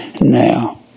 now